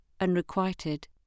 unrequited